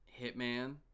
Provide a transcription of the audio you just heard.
hitman